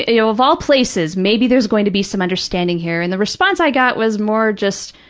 you know, of all places, maybe there's going to be some understanding here. and the response i got was more just,